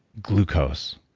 glucose.